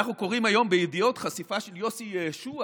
אנחנו קוראים היום בידיעות חשיפה של יוסי יהושע